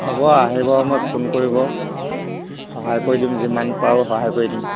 হ'ব আহিব সময়ত ফোন কৰিব সহায় কৰি দিম যিমান পাৰোঁ সহায় কৰি দিম